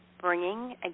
bringing